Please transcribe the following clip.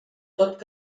tot